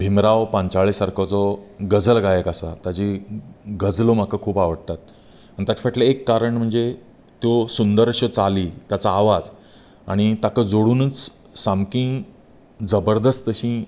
भिमराव पांचाळे सारको जो गजल गायक आसा ताजी गजलो म्हाका खूब आवडटात आनी ताचे फाटले एक कारण म्हणजे त्यो सुंदर अश्यो चाली ताचा आवाज आनी ताका जोडूनूच सामकी जबरदस्त अशीं